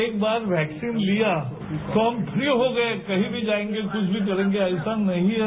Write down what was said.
एक बार वैक्सीन लिया तो हम फ्री हो गए कहीं भी जाएंगे कुछ भी करेंगे ऐसा नहीं है